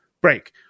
break